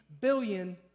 billion